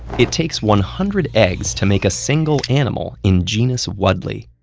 it takes one hundred eggs to make a single animal in genus wuddly.